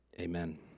Amen